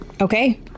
Okay